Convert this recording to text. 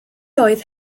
oedd